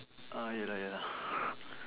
ah ya lah ya lah